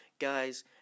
Guys